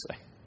say